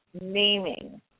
naming